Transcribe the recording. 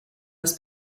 das